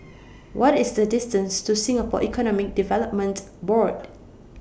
What IS The distance to Singapore Economic Development Board